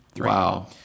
Wow